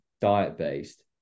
diet-based